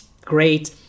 great